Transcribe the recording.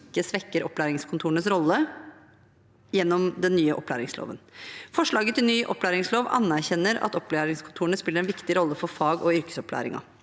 ikke svekker opplæringskontorenes rolle. Forslaget til ny opplæringslov anerkjenner at opplæringskontorene spiller en viktig rolle for fag- og yrkesopplæringen.